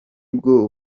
bwo